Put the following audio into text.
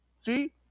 See